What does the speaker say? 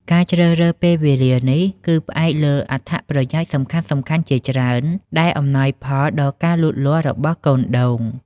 ការជ្រើសរើសពេលវេលានេះ គឺផ្អែកលើអត្ថប្រយោជន៍សំខាន់ៗជាច្រើនដែលអំណោយផលដល់ការលូតលាស់របស់កូនដូង។